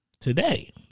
today